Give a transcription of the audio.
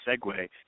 segue